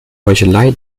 heuchelei